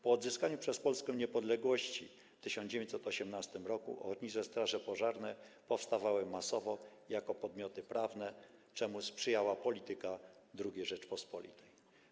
Po odzyskaniu przez Polskę niepodległości w 1918 r. ochotnicze straże pożarne powstawały masowo jako podmioty prawne, czemu sprzyjała polityka II Rzeczypospolitej.